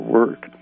work